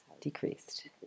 decreased